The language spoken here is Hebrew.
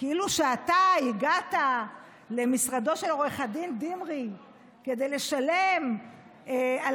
כאילו אתה הגעת למשרדו של עו"ד דמרי כדי לשלם על